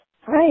Hi